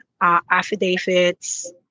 affidavits